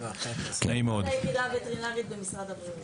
מנהל היחידה הווטרינרית במשרד הבריאות.